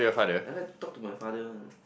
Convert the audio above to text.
I like to talk to my father one